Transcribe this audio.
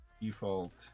default